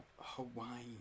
Hawaii